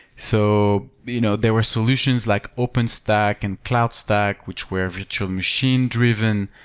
so you know there were solutions like openstack and cloudstack which were virtual machine driven.